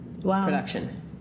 production